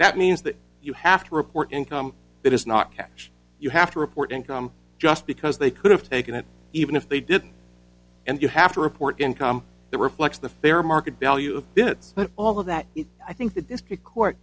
that you have to report income that is not cash you have to report income just because they could have taken it even if they didn't and you have to report income the reflects the fair market value of this but all of that i think the district court